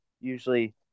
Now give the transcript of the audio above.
usually